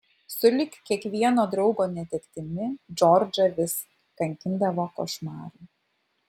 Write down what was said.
sulig kiekvieno draugo netektimi džordžą vis kankindavo košmarai